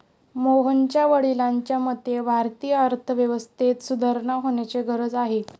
मोहनच्या वडिलांच्या मते, भारतीय अर्थव्यवस्थेत सुधारणा होण्याची गरज आहे